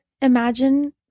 imagine